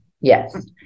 Yes